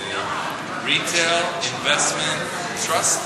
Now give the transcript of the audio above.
Retail investment trust?